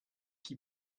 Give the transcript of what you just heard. qui